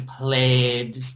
played